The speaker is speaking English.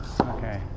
Okay